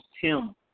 Tim